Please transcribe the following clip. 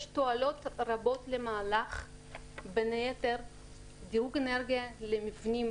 יש תועלות רבות למהלך של דירוג אנרגיה למבנים